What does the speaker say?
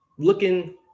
Looking